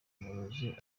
umurozi